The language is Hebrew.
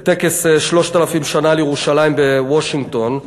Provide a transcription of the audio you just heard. בטקס לציון 3,000 שנה לירושלים בוושינגטון,